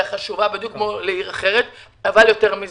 שחשובה לה בדיוק כמו לכל עיר אחרת אבל יותר מזה.